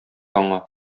аңа